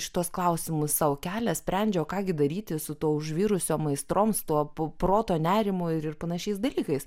šituos klausimus sau kelia sprendžia o ką gi daryti su tuo užvirusiom aistrom su tuo proto nerimu ir panašiais dalykais